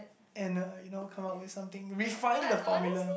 and uh you know come out with something refine the formula